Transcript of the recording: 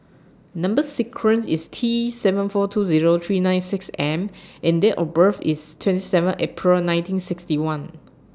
Number sequence IS T seven four two Zero three nine six M and Date of birth IS twenty seven April nineteen sixty one